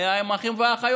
מה היה עם האחים והאחיות.